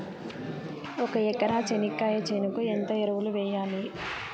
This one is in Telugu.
ఒక ఎకరా చెనక్కాయ చేనుకు ఎంత ఎరువులు వెయ్యాలి?